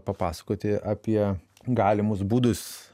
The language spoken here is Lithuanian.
papasakoti apie galimus būdus